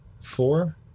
four